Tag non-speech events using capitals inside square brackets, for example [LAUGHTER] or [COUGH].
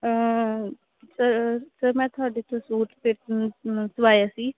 sir sir ਮੈਂ ਤੁਹਾਡੇ ਤੋਂ ਸੂੂਟ [UNINTELLIGIBLE] ਸਵਾਇਆ ਸੀ